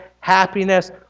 happiness